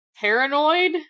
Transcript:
Paranoid